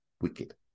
wicked